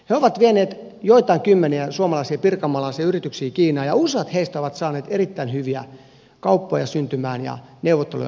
he ovat vieneet joitain kymmeniä suomalaisia pirkanmaalaisia yrityksiä kiinaan ja useat heistä ovat saaneet erittäin hyviä kauppoja syntymään ja neuvotteluja alkamaan siellä